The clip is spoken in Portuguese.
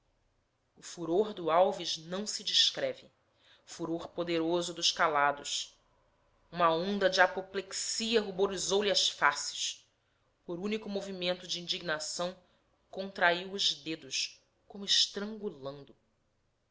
o furor do alves não se descreve furor poderoso dos calados uma onda de apoplexia ruborizou lhe as faces por único movimento de indignação contraiu os dedos como estrangulando